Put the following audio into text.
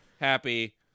happy